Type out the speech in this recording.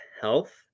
Health